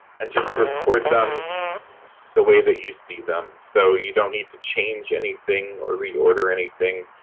and just record them the way that you see them. so, you don't need to change anything or reorder anything.